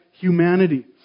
humanity